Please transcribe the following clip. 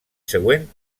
següent